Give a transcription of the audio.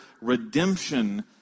redemption